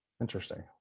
Interesting